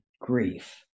grief